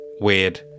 Weird